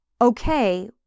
okay